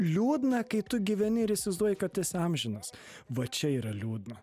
liūdna kai tu gyveni ir įsivaizduoji kad esi amžinas va čia yra liūdna